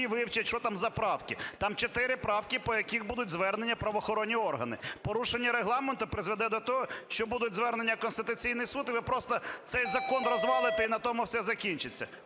вивчать, що там за правки. Там 4 правки, по яких будуть звернення в правоохоронні органи. Порушення Регламенту призведе до того, що будуть звернення в Конституційний Суд, і ви просто цей закон розвалите – і на тому все закінчиться.